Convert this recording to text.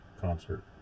concert